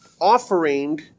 offering